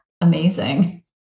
amazing